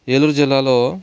ఏలూరు జిల్లాలో